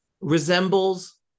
resembles